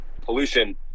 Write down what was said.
pollution